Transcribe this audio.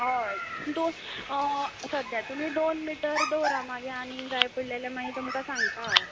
हय दोन सद्या तुमी दोन मिटर दवरात मागीर आनीक जाय पडलीं जाल्यार मागीर तुमकां सांगता हांव